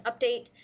update